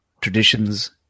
traditions